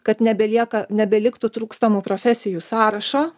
kad nebelieka nebeliktų trūkstamų profesijų sąrašo